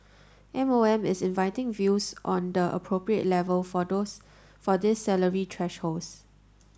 M O M is inviting views on the appropriate level for those for these salary thresholds